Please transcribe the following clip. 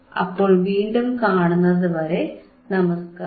അപ്പോൾ വീണ്ടും കാണുന്നതുവരെ നമസ്കാരം